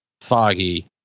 foggy